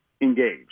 engage